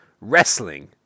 Wrestling